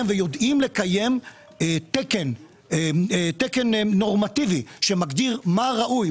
ויודעים לקיים תקן נורמטיבי שמגדיר מה ראוי,